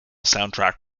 soundtrack